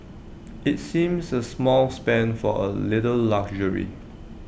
IT seems A small spend for A little luxury